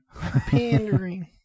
Pandering